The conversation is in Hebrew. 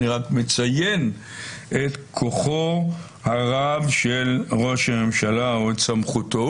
אני רק מציין את כוחו הרב של ראש הממשלה או את סמכותו.